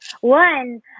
one